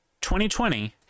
2020